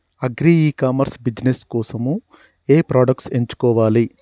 Agri e commerce business కోసము ఏ products ఎంచుకోవాలి?